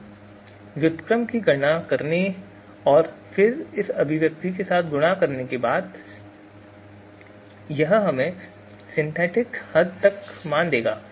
तो इस व्युत्क्रम की गणना करने और फिर इस अभिव्यक्ति के साथ गुणा करने के बाद यह हमें सिंथेटिक हद तक मान देगा